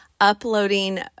uploading